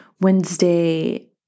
Wednesday